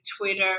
Twitter